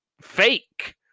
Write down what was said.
fake